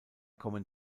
kommen